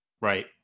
Right